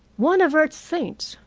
one of earth's saints,